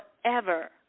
forever